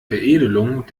veredelung